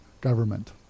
government